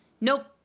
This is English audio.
nope